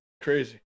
Crazy